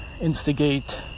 instigate